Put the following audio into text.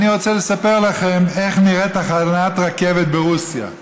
אני רוצה לספר לכם איך נראית תחנת רכבת ברוסיה.